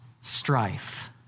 strife